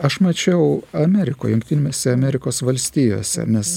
aš mačiau amerikoj jungtinėse amerikos valstijose nes